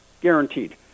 guaranteed